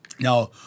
Now